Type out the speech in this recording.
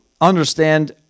understand